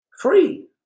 free